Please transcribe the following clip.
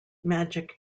magic